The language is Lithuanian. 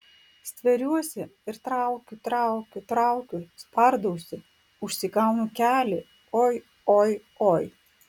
stveriuosi ir traukiu traukiu traukiu spardausi užsigaunu kelį oi oi oi